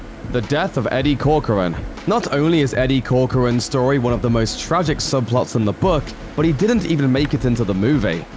the death of eddie corcoran not only is eddie corcoran's story one of the more tragic subplots in the book, but he didn't even make it into the movie.